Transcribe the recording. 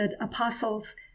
apostles